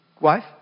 wife